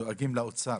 דואגים לאוצר...